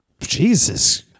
Jesus